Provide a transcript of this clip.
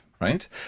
Right